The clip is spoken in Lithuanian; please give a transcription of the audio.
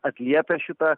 atliepia šitą